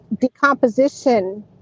Decomposition